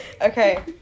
Okay